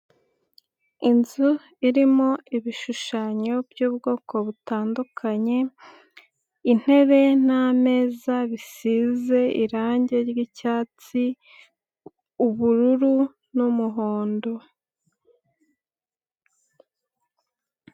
Inzu irimo ibishushanyo by'ubwoko butandukanye, intebe n'ameza bisize irangi ry'icyatsi, ubururu, n'umuhondo.